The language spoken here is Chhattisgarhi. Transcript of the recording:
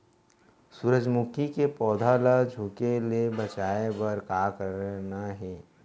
सूरजमुखी के पौधा ला झुके ले बचाए बर का करना हे?